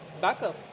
backup